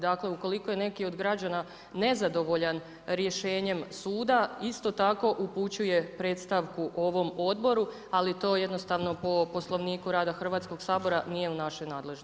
Dakle, ukoliko je neki od građana nezadovoljan rješenjem suda, isto tako, upućuje predstavku ovom odboru, ali to jednostavno po Poslovniku rada Hrvatskog sabora nije u našoj nadležnosti.